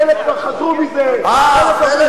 חלק כבר חזרו מזה, חלק, מה אתה מדבר.